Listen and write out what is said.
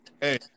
Hey